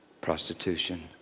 prostitution